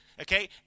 okay